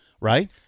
Right